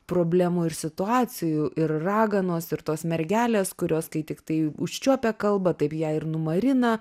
problemų ir situacijų ir raganos ir tos mergelės kurios kai tiktai užčiuopia kalbą taip ją ir numarina